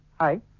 Hi